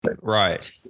Right